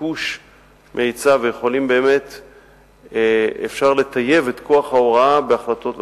ביקוש מהיצע ואפשר לטייב את כוח ההוראה בהחלטות,